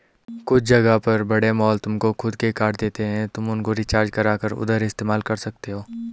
कुछ जगह पर बड़े मॉल तुमको खुद के कार्ड देते हैं तुम उनको रिचार्ज करा कर उधर इस्तेमाल कर सकते हो